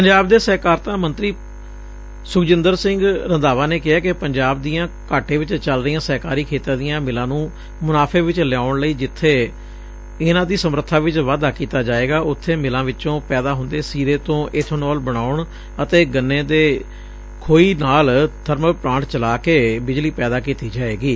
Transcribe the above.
ਪੰਜਾਬ ਦੇ ਸਹਿਕਾਰਤਾ ਮੰਤਰੀ ਸੁਖਜਿੰਦਰ ਸਿੰਘ ਰੰਧਾਵਾ ਨੇ ਕਿਹੈ ਕਿ ਸੂਬੇ ਦੀਆਂ ਘਾਟੇ ਚ ਚੱਲ ਰਹੀਆਂ ਸਹਿਕਾਰੀ ਖੇਤਰ ਦੀਆਂ ਮਿਲਾਂ ਨੁੰ ਮੁਨਾਫੇ ਵਿਚ ਲਿਆਉਣ ਲਈ ਜਿੱਬੇ ਇੰਨਾਂ ਦੀ ਸਮਰੱਬਾ ਵਿਚ ਵਾਧਾ ਕੀਤਾ ਜਾਵੇਗਾ ਉਥੇ ਮਿਲਾਂ ਵਿਚੋਂ ਪੈਦਾ ਹੁੰਦੇ ਸੀਰੇ ਤੋਂ ਈਥੋਨੋਲ ਬਨਾਉਣ ਅਤੇ ਗੰਨੇ ਦੀ ਖੋਈ ਨਾਲ ਬਰਮਲ ਪਲਾਂਟ ਚਲਾ ਕੇ ਬਿਜਲੀ ਪੈਦਾ ਕੀਤੀ ਜਾਵੇਗੀ